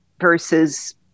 versus